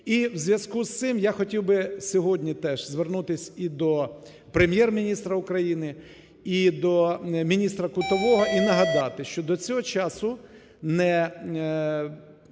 І в зв'язку з цим я хотів би сьогодні теж звернутись і до Прем'єр-міністра України, і до міністра Кутового, і нагадати, що до цього часу не